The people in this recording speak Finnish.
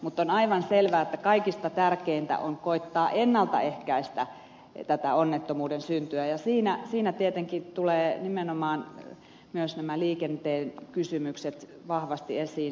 mutta on aivan selvää että kaikista tärkeintä on koittaa ennaltaehkäistä tätä onnettomuuden syntyä ja siinä tietenkin tulevat nimenomaan myös nämä liikenteen kysymykset vahvasti esiin